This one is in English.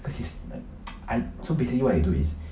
cause it's like I so basically what they do is